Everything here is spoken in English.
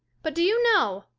but, do you know,